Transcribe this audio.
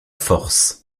force